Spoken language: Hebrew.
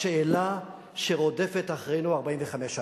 בשאלה שרודפת אחרינו 45 שנה,